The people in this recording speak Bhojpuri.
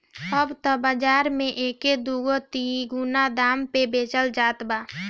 अब त बाज़ार में एके दूना तिगुना दाम पे बेचल जात बा